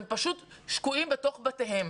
פשוט שקועים בבתיהם.